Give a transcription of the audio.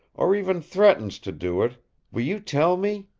or even threatens to do it will you tell me?